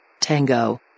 Tango